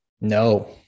No